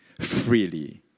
freely